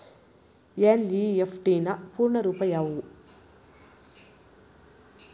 NEFT ನ ಪೂರ್ಣ ರೂಪ ಯಾವುದು?